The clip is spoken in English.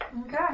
Okay